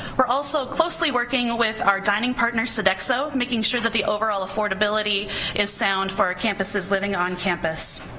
we're also closely working with our dining partner, sodexo, making sure that the overall affordability is sound for our campuses living on campus.